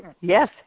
Yes